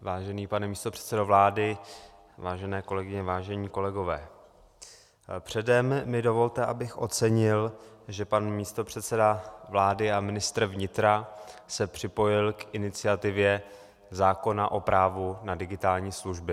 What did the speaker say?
Vážený pane místopředsedo vlády, vážené kolegyně, vážení kolegové, předem mi dovolte, abych ocenil, že pan místopředseda vlády a ministr vnitra se připojil k iniciativě zákona o právu na digitální služby.